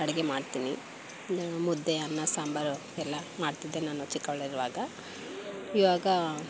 ಅಡುಗೆ ಮಾಡ್ತೀನಿ ಮುದ್ದೆ ಅನ್ನ ಸಾಂಬಾರು ಎಲ್ಲ ಮಾಡ್ತಿದ್ದೆ ನಾನು ಚಿಕ್ಕವಳಿರುವಾಗ ಈವಾಗ